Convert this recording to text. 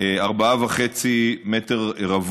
4.5 מ"ר,